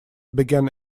began